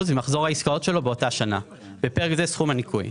ממחזור העסקאות שלו באותה שנה (בפרק זה סכום הניכוי),